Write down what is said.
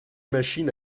machines